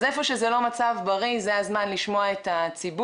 אז במקום שזה לא מצב בריא זה הזמן לשמוע את הציבור,